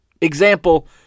example